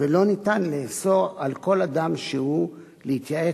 ולא ניתן לאסור על כל אדם שהוא להתייעץ